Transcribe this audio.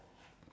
correct